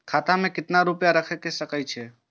खाता में केतना रूपया रैख सके छी?